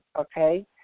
Okay